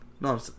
No